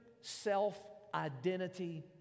self-identity